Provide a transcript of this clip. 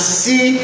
see